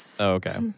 Okay